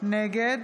נגד